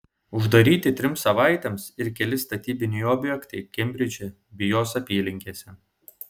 uždaryti trims savaitėms ir keli statybiniai objektai kembridže bei jo apylinkėse